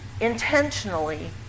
intentionally